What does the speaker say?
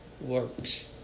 works